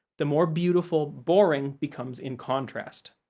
the more beautiful boring becomes in contrast.